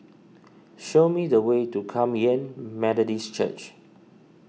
show me the way to Kum Yan Methodist Church